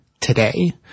Today